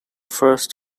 first